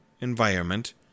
environment